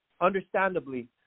understandably